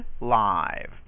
live